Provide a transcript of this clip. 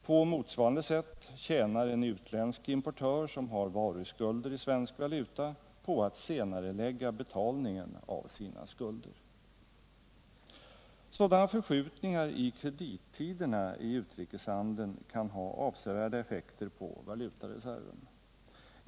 På motsvarande sätt tjänar en utländsk importör som har varuskulder i svensk valuta på att senarelägga betalningen av sina skulder. Sådana förskjutningar i kredittiderna i utrikeshandeln kan ha avsevärda effekter på valutareserven.